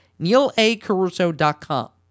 neilacaruso.com